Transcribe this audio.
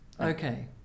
Okay